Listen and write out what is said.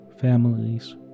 families